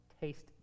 taste